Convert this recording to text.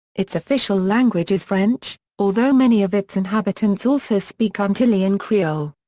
its official language is french, although many of its inhabitants also speak antillean creole.